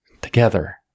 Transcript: Together